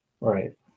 right